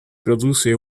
produce